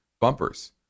bumpers